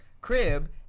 crib